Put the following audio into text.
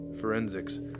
forensics